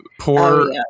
Poor